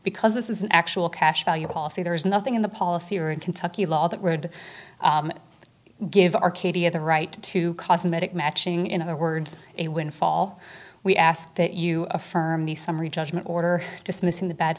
because this is an actual cash value policy there is nothing in the policy or in kentucky law that road give arcadia the right to cosmetic matching in other words a windfall we ask that you affirm the summary judgment order dismissing the bad